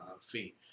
fee